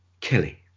kelly